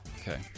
Okay